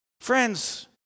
Friends